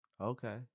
Okay